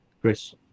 Chris